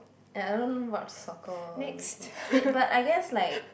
and I don't watch soccer or anything wait but I guess like